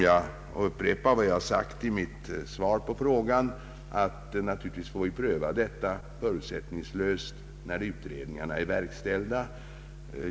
Jag upprepar vad jag har sagt i mitt svar på frågan, att vi naturligtvis får pröva detta förutsättningslöst när utredningarna är verkställda.